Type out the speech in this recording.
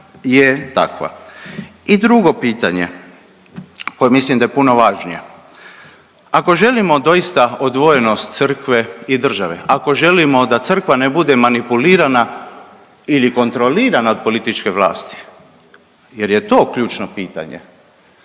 I drugo pitanje koje mislim da je puno važnije. Ako želimo doista odvojenost crkve i države, ako želimo da crkva ne bude manipulirana ili kontrolirana od političke vlasti, jer je to ključno pitanje,